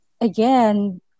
again